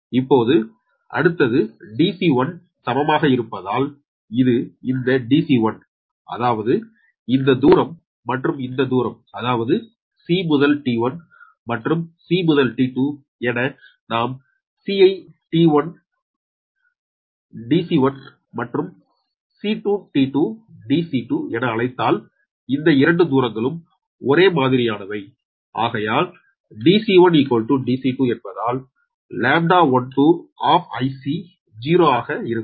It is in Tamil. இப்போது அடுத்தது Dc1 சமமாக இருப்பதால் இது இந்த Dc1 அதாவது இந்த தூரம் மற்றும் இந்த தூரம் அதாவது c to T1 மற்றும் c to T2 என நாம் c ஐ T1 Dc1 மற்றும் c to T2 Dc2 என அழைத்தால் இந்த 2 தூரங்களும் ஒரே மாதிரியானவை ஆகையால் Dc1 Dc2 என்பதால் λ12 0 ஆக இருக்கும்